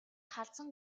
халзан